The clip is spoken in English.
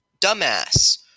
dumbass